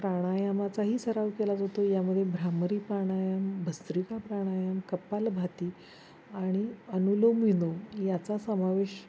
प्राणायामाचाही सराव केला जातो यामध्ये भ्रामरी प्राणायाम भस्त्रिका प्राणायाम कपालभाती आणि अनुलोम विलोम याचा समावेश